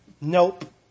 Nope